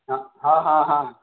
ہاں ہاں ہاں ہاں